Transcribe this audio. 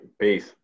Peace